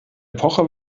epoche